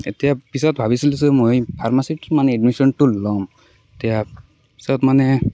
এতিয়া পিছত ভাবিছিলোঁ যে মই ফাৰ্মাচিত মানে এডমিচনটো লম এতিয়া পিছত মানে